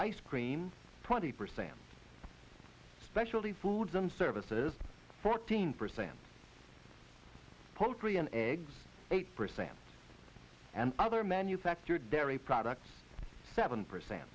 ice cream twenty percent specialty foods and services fourteen percent poultry and eggs eight percent and other manufactured dairy products seven percent